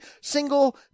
single